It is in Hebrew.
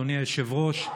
אדוני היושב-ראש.